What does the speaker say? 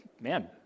man